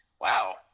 wow